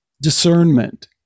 discernment